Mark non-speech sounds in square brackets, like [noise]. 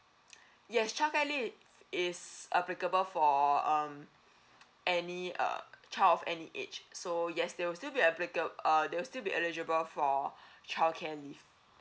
yes childcare leave is applicable for um any uh child of any age so yes they will still be applica~ uh they will still be eligible for [breath] childcare leave